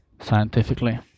scientifically